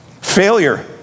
failure